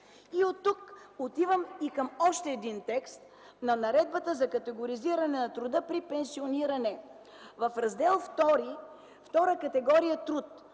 И оттук отивам към още един текст – на Наредбата за категоризиране на труда при пенсиониране. В Раздел втори „Втора категория труд”,